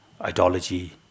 ideology